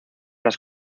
las